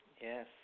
Yes